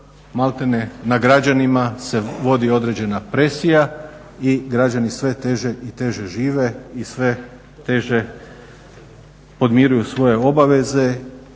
malte ne na građanima se vodi određena presija i građani sve teže i teže žive i sve teže podmiruju svoje obaveze